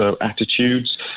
attitudes